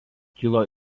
kilo